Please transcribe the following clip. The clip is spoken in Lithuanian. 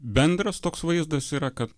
bendras toks vaizdas yra kad